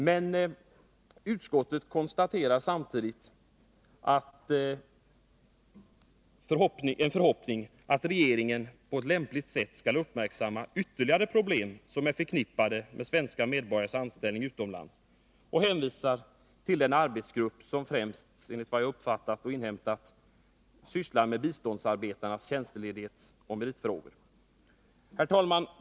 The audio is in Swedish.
Men utskottet uttrycker samtidigt förhoppningen att regeringen på ett lämpligt sätt skall uppmärksamma ytterligare problem som är förknippade med svenska medborgares anställning utomlands och hänvisar till den arbetsgrupp som, enligt vad jag har inhämtat, främst sysslar med biståndsarbetarnas tjänstledighetsoch meritfrågor.